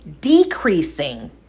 decreasing